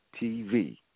TV